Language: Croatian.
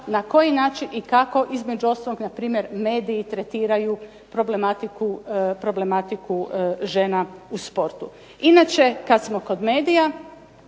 na koji način i kako između ostalog npr., mediji tretiraju problematiku žena u sportu. Inače, kad smo kod medija,